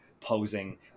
posing